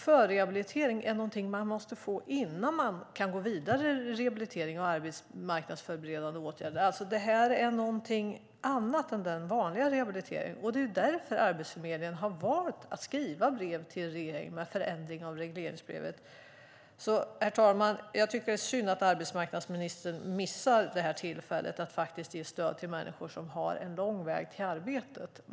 Det är någonting som man måste få innan man kan gå vidare med rehabilitering och arbetsmarknadsförberedande åtgärder. Detta är någonting annat än den vanliga rehabiliteringen. Det är ju därför som Arbetsförmedlingen har valt att skriva brev till regeringen om förändring av regleringsbrevet. Herr talman! Jag tycker att det är synd att arbetsmarknadsministern missar det här tillfället att ge stöd till människor som har en lång väg till arbete.